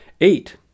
Eight